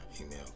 email